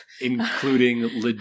Including